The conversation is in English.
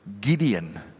Gideon